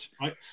right